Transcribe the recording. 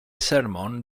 sermon